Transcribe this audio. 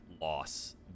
loss